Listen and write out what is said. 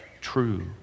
true